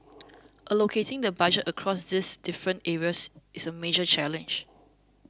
allocating the budget across these different areas is a major challenge